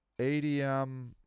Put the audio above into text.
ADM